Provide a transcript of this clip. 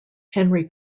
henry